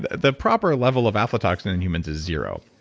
the proper level of aflatoxin in humans is zero.